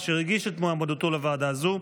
אשר הגיש את מועמדותו לוועדה זו,